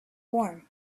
warm